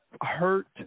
hurt